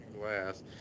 glass